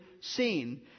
seen